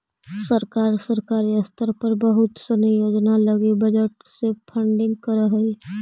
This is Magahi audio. सरकार सरकारी स्तर पर बहुत सनी योजना लगी बजट से फंडिंग करऽ हई